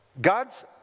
God's